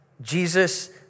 Jesus